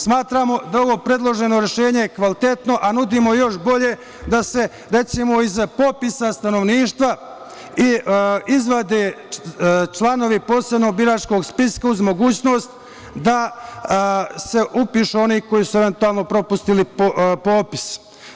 Smatramo da je ovo predloženo rešenje kvalitetno, a nudimo još bolje, da se, recimo, iz popisa stanovništva izvade članovi posebnog biračkog spiska, uz mogućnost da se upišu oni koji su eventualno propustili popis.